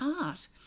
art